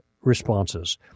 responses